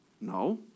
No